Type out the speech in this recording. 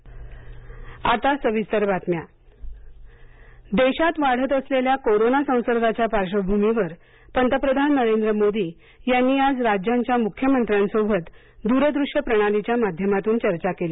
पंतप्रधान देशात वाढत असलेल्या कोरोना संसर्गाच्या पार्श्वभूमीवर पंतप्रधान नरेंद्र मोदी यांनी आज राज्यांच्या मुख्यमंत्र्यांसोबत दूर दृश्य प्रणालीच्या माध्यमातून चर्चा केली